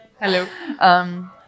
Hello